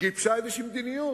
גיבשה איזושהי מדיניות.